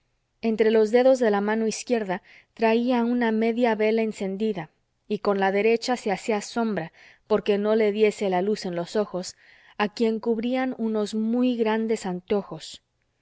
entre los dedos de la mano izquierda traía una media vela encendida y con la derecha se hacía sombra porque no le diese la luz en los ojos a quien cubrían unos muy grandes antojos